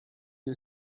you